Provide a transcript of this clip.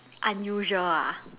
unusual ah